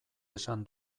esan